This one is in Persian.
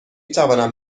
توانم